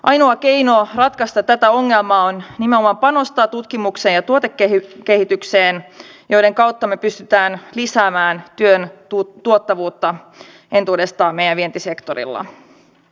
ainoa keino ratkaista tämä ongelma on panostaa nimenomaan tutkimukseen ja tuotekehitykseen joiden kautta me pystymme lisäämään työn tuottavuutta entuudestaan meidän vientisektorillamme